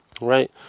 Right